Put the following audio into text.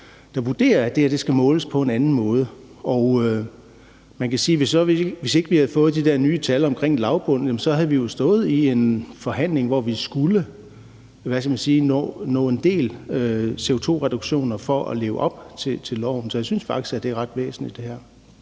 der vurderer, at det her skal måles på en anden måde, og man kan sige, at hvis ikke vi havde fået de der nye tal omkring lavbundsjorder, havde vi jo stået i en forhandling, hvor vi skulle nå en del CO2-reduktioner for at leve op til loven. Så jeg synes faktisk, det her er ret væsentligt.